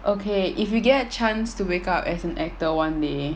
okay if you get a chance to wake up as an actor one day